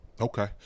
okay